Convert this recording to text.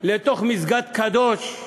לתוך מסגד קדוש,